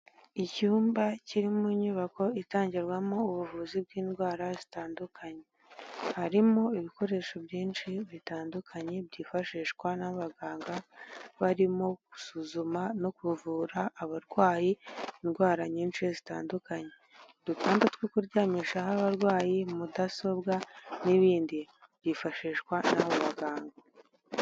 Icyumba kiri mu nyubako itangirwamo ubuvuzi bw'indwara zitandukanye, harimo ibikoresho byinshi bitandukanye byifashishwa n'abaganga barimo gusuzuma no kuvura abarwayi indwara nyinshi zitandukanye, udutanda two kuryamishaho abarwayi, Mudasobwa n'ibindi byifashishwa n'abo baganga.